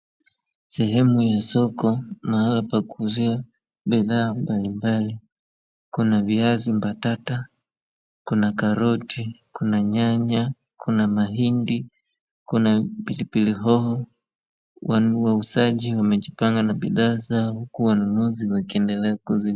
Sehemu ya soko mahali pa kuuzia bidhaa mbalimbali, kuna viazi mbatata, kuna karoti, kuna nyanya, kuna mahindi, kuna pilipili hoho. Wauzaji wamejipanga na bidhaa zao huku wanunuzi wakiendelea kuzi...